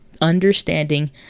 Understanding